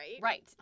right